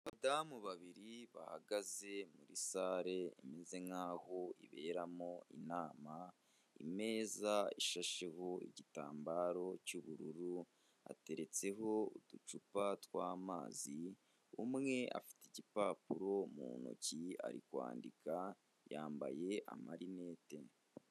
Abadamu babiri bahagaze muri sale imeze nkaho iberamo inama, imeza ishasheho igitambaro cy'ubururu, hateretseho uducupa tw'amazi, umwe afite igipapuro mu ntoki ari kwandika yambaye amarinete.